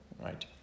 right